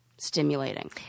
Stimulating